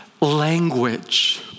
language